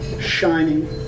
shining